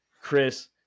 Chris